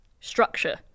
Structure